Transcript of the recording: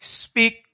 speak